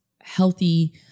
healthy